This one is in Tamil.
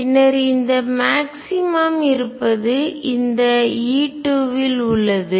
பின்னர் இந்த மாக்ஸிமம் அதிகபட்சம் எனர்ஜிஆற்றல் இருப்பது இந்த E2 இல்உள்ளது